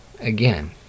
Again